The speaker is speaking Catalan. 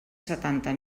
setanta